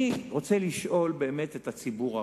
אני רוצה באמת לשאול את הציבור הרחב.